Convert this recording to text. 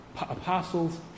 apostles